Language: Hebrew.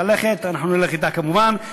אנחנו נלך אתה כמובן.